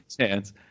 chance